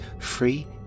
free